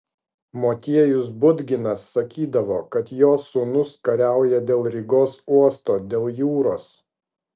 motiejus budginas sakydavo kad jo sūnus kariauja dėl rygos uosto dėl jūros